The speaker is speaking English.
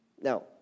Now